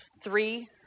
three